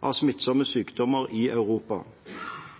av smittsomme sykdommer i Europa.